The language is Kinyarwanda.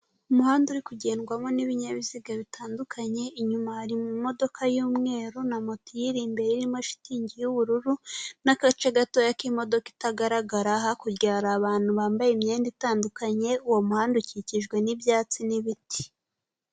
Umuhanda uri kugendwamo n'ibinyabiziga bitandukanye, inyuma hari imodoka y'umweru na moto iyiri imbere irimo shitingi y'ubururu n'agace gato k'imodoka itagaragara, hakurya hari abantu bambaye imyenda itandukanye, uwo muhanda ukikijwe n'ibyatsi n'ibiti.